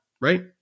right